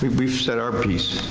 we've we've said our piece.